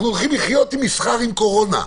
אנחנו הולכים לחיות עם מסחר עם קורונה.